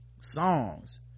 songs